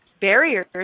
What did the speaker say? barriers